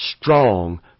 strong